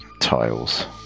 tiles